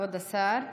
כבוד השר.